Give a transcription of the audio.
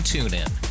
TuneIn